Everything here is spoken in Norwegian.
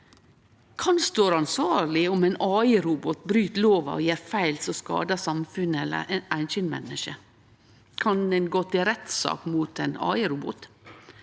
Kven står ansvarleg om ein KI-robot bryt lova og gjer feil som skadar samfunnet eller det einskilde mennesket? Kan ein gå til rettssak mot ein KI-robot?